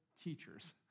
teachers